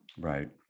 Right